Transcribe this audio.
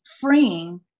freeing